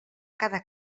cada